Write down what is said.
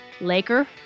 Laker